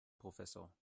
professor